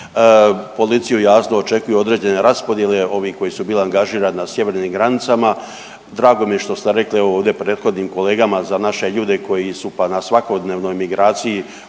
Policiju jasno očekuju određene raspodjele, ovih koji su bili angažirani na sjevernim granicama. Drago mi je što ste rekli evo ovdje prethodnim kolegama za naše ljudi koji su pa na svakodnevnoj migraciji